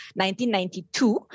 1992